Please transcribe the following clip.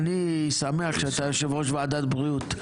אני שמח שאתה יושב-ראש ועדת הבריאות,